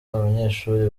abanyeshuri